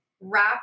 wrap